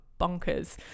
bonkers